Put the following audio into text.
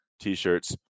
T-shirts